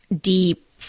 deep